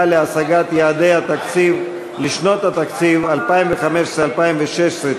להשגת יעדי התקציב לשנות התקציב 2015 ו-2016),